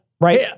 Right